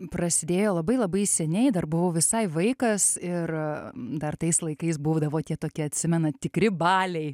prasidėjo labai labai seniai dar buvau visai vaikas ir dar tais laikais būdavo tie tokie atsimenat tikri baliai